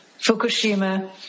Fukushima